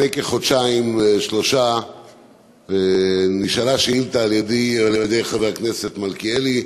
לפני חודשיים-שלושה נשאלה שאילתה על-ידי ועל-ידי חבר הכנסת מלכיאלי,